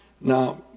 Now